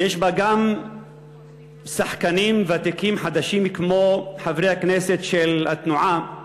ויש בה גם שחקנים ותיקים-חדשים כמו חברי הכנסת של התנועה,